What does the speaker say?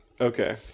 okay